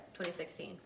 2016